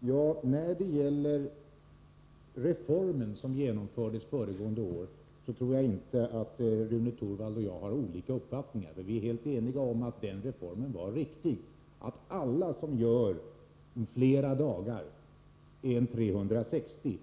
Herr talman! När det gäller den reform som genomfördes föregående år tror jag inte att Rune Torwald och jag har olika uppfattningar. Vi är helt eniga om att den reformen var riktig, att alla som gör fler dagar än 360,